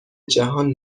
جهان